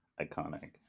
iconic